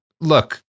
Look